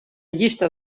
llista